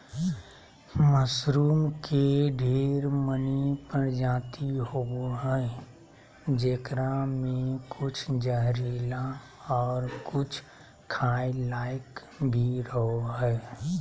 mushroom के ढेर मनी प्रजाति होवो हय जेकरा मे कुछ जहरीला और कुछ खाय लायक भी रहो हय